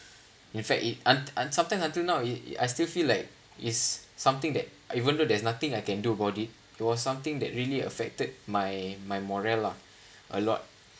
in fact it un~ sometime until now I still feel like is something that even though there's nothing I can do about it it was something that really affected my moral lah a lot